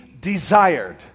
desired